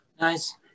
Nice